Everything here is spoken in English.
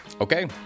Okay